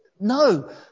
No